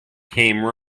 came